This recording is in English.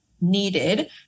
needed